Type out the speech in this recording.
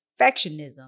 perfectionism